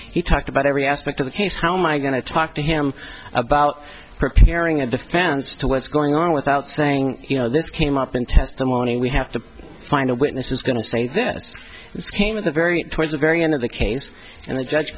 he talked about every aspect of the case how my going to talk to him about preparing a defense to what's going on without saying you know this came up in testimony we have to find a witness is going to say this came in the very towards the very end of the case and the judge